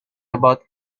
about